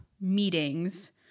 meetings